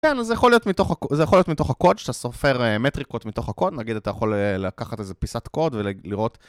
כן, זה יכול להיות מתוך הקוד, שאתה סופר מטריקות מתוך הקוד, נגיד, אתה יכול לקחת איזה פיסת קוד ולראות